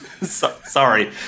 sorry